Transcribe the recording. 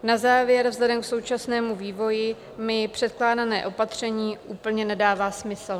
Na závěr: vzhledem k současnému vývoji mi předkládané opatření úplně nedává smysl.